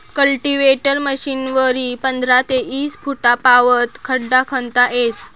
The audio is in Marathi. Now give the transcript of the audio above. कल्टीवेटर मशीनवरी पंधरा ते ईस फुटपावत खड्डा खणता येस